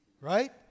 right